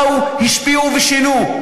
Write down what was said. באו, השפיעו ושינו.